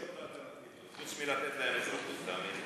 יש עוד אלטרנטיבות חוץ מלתת להם אזרחות, תאמין לי.